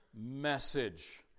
message